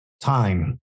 time